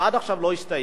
ועד עכשיו לא הסתייע.